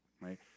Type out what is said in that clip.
right